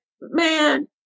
Man